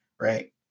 Right